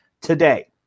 today